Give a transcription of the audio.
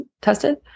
tested